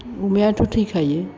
अमायाथ' थैखायो